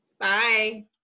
Bye